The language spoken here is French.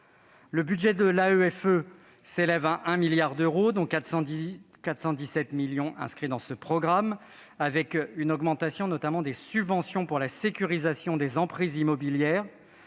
Le budget de l'AEFE s'élève à 1 milliard d'euros, dont 417 millions d'euros dans ce programme, avec une augmentation, notamment, des subventions pour la sécurisation des emprises immobilières.